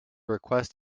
request